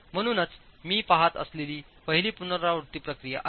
म्हणूनच मी पहात असलेली पहिली पुनरावृत्ती प्रक्रिया आहे